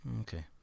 Okay